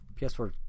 PS4